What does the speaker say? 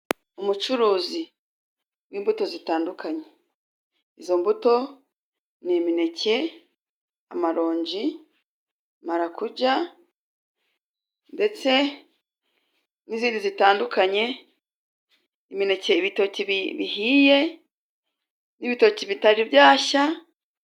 Imucuruzi w'imbuto zitandukanye izo mbuto ni :imineke, amaronji ,marakuja ndetse n'izindi zitandukanye; imineke ibitoki bihiye ,ibitoki bitari byashya.